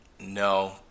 No